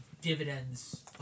dividends